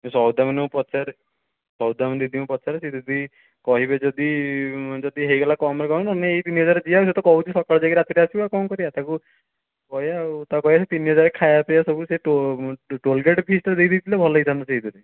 ସୌଦାମିନୀକୁ ପଚାରେ ସୌଦାମିନୀ ଦିଦିଙ୍କୁ ପଚାରେ ସିଏ ଯଦି କହିବେ ଯଦି ଯଦି ହେଇଗଲା କମ୍ରେ କମ୍ରେ ନହେଲେ ଏଇ ତିନି ହଜାରରେ ଯିବା ଆଉ ସିଏ ତ କହୁଛି ସକାଳୁ ଯାଇ ରାତିକୁ ଆସିବ ଆଉ କ'ଣ କରିବା ତାକୁ କହିବା ଆଉ ତାକୁ କହିବା ସେଇ ତିନି ହଜାରରେ ଖାଇବା ପିଇବା ସବୁ ସେ ଟୋଲଗେଟ୍ ଫିସ୍ଟା ଦେଇ ଦେଇଥିଲେ ଭଲ ହେଇଥାନ୍ତା ସେଇଥିରେ